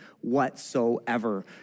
whatsoever